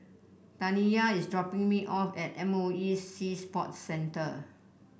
Taniyah is dropping me off at M O E Sea Sports Centre